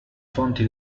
fonti